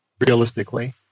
realistically